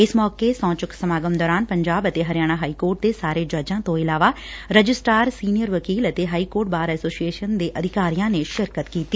ਇਸ ਮੌਕੇ ਸਹੁੰ ਚੁੱਕ ਸਮਾਗਮ ਦੋਰਾਨ ਪੰਜਾਬ ਅਤੇ ਹਰਿਆਣਾ ਹਾਈਕੋਰਟ ਦੇ ਸਾਰੇ ਜੱਜਾਂ ਤੋਂ ਇਲਾਵਾ ਰਜਿਸਟਰ ਸੀਨੀਅਰ ਵਕੀਲ ਅਤੇ ਹਾਈ ਕੋਰਟ ਬਾਰ ਐਸੋਸੀਏਸ਼ਨ ਦੇ ਅਧਿਕਾਰੀਆਂ ਨੇ ਸ਼ਿਰਕਤ ਕੀਤੀ